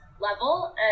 level